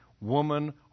woman